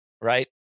right